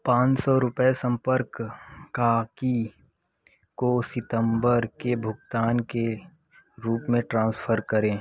पाँच सौ रुपये संपर्क काकी को सितंबर के भुगतान के रूप में ट्रांसफ़र करें